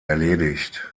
erledigt